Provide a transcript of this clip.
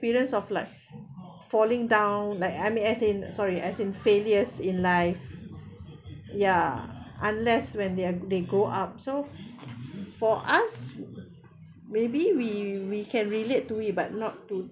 experience of like falling down like I mean as in sorry as in failures in life ya unless when they they go up so for us maybe we we can relate to it but not to